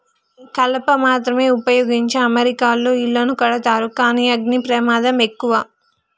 కలప మాత్రమే వుపయోగించి అమెరికాలో ఇళ్లను కడతారు కానీ అగ్ని ప్రమాదం ఎక్కువ